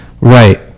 Right